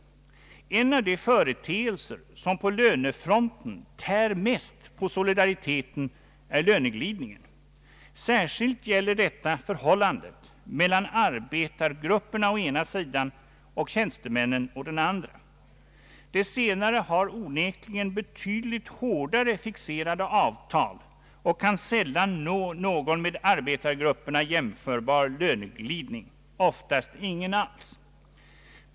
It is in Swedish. En av de företeelser som på lönefronten tär mest på solidariteten är lö neglidningen. Särskilt gäller detta förhållandet mellan arbetargrupperna å ena sidan och tjänstemännen å den andra. De senare har onekligen betydligt hårdare fixerade avtal och kan sällan nå någon med arbetargrupperna jämförbar löneglidning, oftast ingen alls.